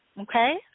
Okay